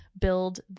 build